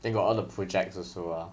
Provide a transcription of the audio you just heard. then got all the projects also ah